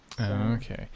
Okay